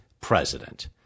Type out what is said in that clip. president